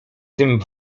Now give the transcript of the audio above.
tym